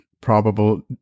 probable